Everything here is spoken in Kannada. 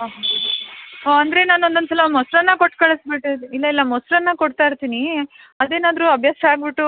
ಹಾಂ ಹಾಂ ಅಂದರೆ ನಾನು ಒಂದೊಂದ್ಸಲ ಮೊಸರನ್ನ ಕೊಟ್ಕಳ್ಸಿ ಬಿಟ್ಟಿದ್ದೆ ಇಲ್ಲ ಇಲ್ಲ ಮೊಸರನ್ನ ಕೊಡ್ತಾ ಇರ್ತೀನಿ ಅದೇನಾದರು ಅಭ್ಯಾಸ ಆಗಬಿಟ್ಟು